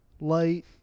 light